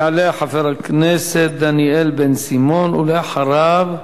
יעלה חבר הכנסת דניאל בן-סימון, ואחריו,